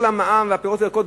כל המע"מ על הפירות והירקות,